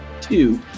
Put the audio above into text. two